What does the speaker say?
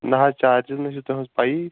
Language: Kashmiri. نَہ حظ چارجٕز نٔے چھِ تہنٛز پَیی